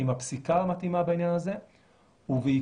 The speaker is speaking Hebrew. עם הפסיקה המתאימה בעניין הזה ובעיקר